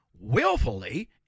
willfully